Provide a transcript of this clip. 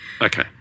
Okay